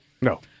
No